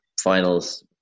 finals